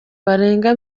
barenga